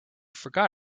forgot